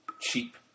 cheap